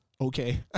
okay